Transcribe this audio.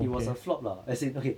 it was a flop lah as in okay